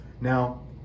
Now